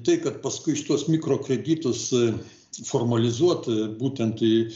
tai kad paskui šituos mikrokreditus formalizuot būtent į